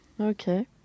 Okay